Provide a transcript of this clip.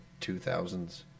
2000s